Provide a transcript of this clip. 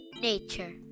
nature